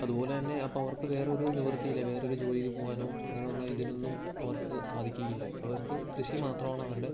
അതുപോലെ തന്നെ അപ്പം അവർക്ക് വേറൊരു നിവർത്തി ഇല്ല വേറൊരു ജോലിക്കു പോകാനോ അങ്ങനെയുള്ള ഇതിനൊന്നും അവർക്കു സാധിക്കയില്ല അവർക്ക് കൃഷി മാത്രം ആണ് അവരുടെ